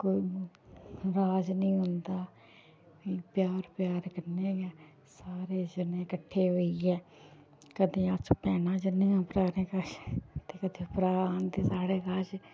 कोई नराज नी होंदा प्यार प्यार कन्नै गै सारे जने कट्ठे होइयै कदें अस भैनां जंदियां भ्राएं कश ते कदें भ्राऽ आंदे साढ़े कश